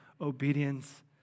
obedience